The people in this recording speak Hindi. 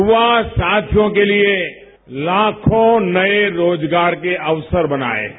यवा साथियों के लिए लाखों नए रोजगार के अवसर बनाए हैं